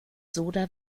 soda